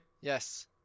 Yes